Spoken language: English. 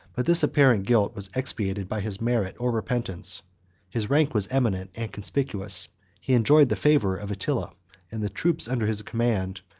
but this apparent guilt was expiated by his merit or repentance his rank was eminent and conspicuous he enjoyed the favor of attila and the troops under his command,